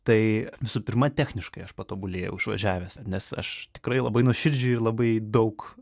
tai visų pirma techniškai aš patobulėjau išvažiavęs nes aš tikrai labai nuoširdžiai ir labai daug